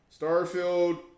Starfield